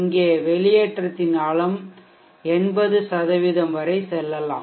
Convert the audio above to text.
இங்கே வெளியேற்றத்தின் ஆழம் 80 வரை செல்லலாம்